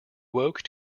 woke